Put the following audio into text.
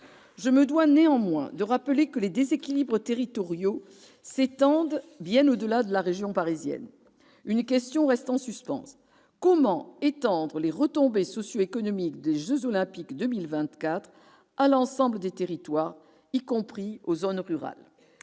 Je me dois néanmoins de rappeler que les déséquilibres territoriaux s'étendent bien au-delà de la région parisienne. Une question reste en suspens : comment étendre les retombées socio-économiques des jeux Olympiques 2024 à l'ensemble des territoires, y compris aux zones rurales ?